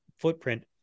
footprint